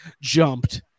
jumped